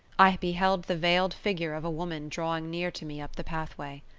i beheld the veiled figure of a woman drawing near to me up the pathway.